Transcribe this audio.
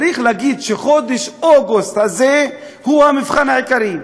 צריך לומר שחודש אוגוסט הזה הוא המבחן העיקרי.